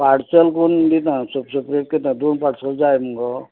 parcel करून दिता सेप सेपरेट करता दोन पासर्ल जाय मगो